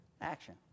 action